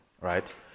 right